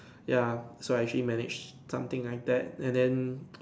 ya so I actually manage something like that and then